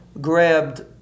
grabbed